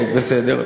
בסדר.